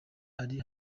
ari